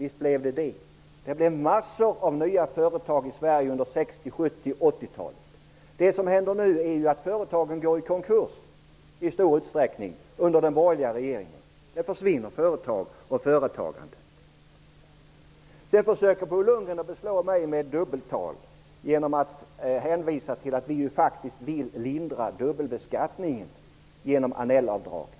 Visst blev det det. Det blev massor av nya företag i Sverige under 60 70 och 80-talen. Det som nu händer är att företagen i stor utsträckning går i konkurs under den borgerliga regeringen. Det försvinner företag och företagande. Bo Lundgren försöker även beslå mig med dubbeltal genom att hänvisa till att vi socialdemokrater faktiskt vill lindra dubbelbeskattningen genom Annellavdraget.